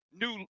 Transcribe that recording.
new